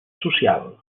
social